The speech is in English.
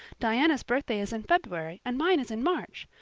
diana's birthday is in february and mine is in march.